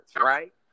right